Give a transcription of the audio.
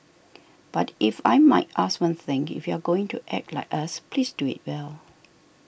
but if I might ask one thing if you are going to act like us please do it well